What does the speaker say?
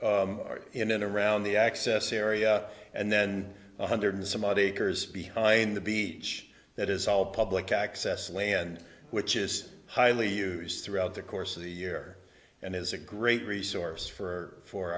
back in and around the access area and then one hundred some odd acres behind the beach that is all public access land which is highly used throughout the course of the year and it is a great resource for for